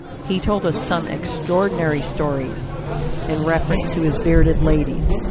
he told us some extraordinary stories in reference to his bearded ladies,